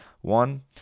one